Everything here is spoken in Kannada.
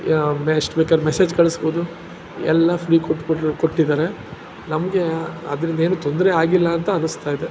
ಎಷ್ಟು ಬೇಕಾದ್ರ್ ಮೆಸೇಜ್ ಕಳಿಸ್ಬೋದು ಎಲ್ಲ ಫ್ರೀ ಕೊಟ್ಬಿಟ್ಟು ಕೊಟ್ಟಿದ್ದಾರೆ ನಮಗೆ ಅದರಿಂದೇನು ತೊಂದರೆ ಆಗಿಲ್ಲ ಅಂತ ಅನಿಸ್ತಾಯಿದೆ